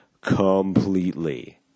completely